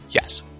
yes